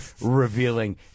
revealing